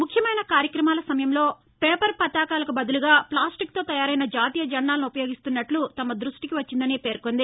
ముఖ్యమైన కార్యక్రమాల సమయంలో పేపర్ పతాకాలకు బదులు ఫ్లాస్టిక్తో తయారైన జాతీయ జెండాలను ఉపయోగిస్తున్నట్లు తమ దృష్టికి వచ్చిందని పేర్కొంది